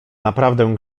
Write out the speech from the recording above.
naprawdę